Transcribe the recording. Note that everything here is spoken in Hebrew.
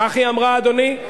כך היא אמרה, אדוני.